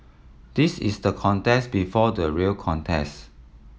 this is the contest before the real contest